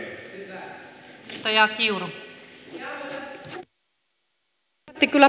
arvoisa puhemies